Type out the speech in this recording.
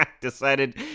Decided